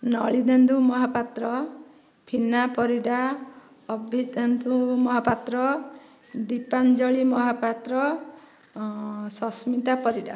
Nalidendu Mahapatra Fina Parida Abhitendu Mahapatra Dipanjali Mahapatra Sasmita Parida